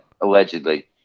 allegedly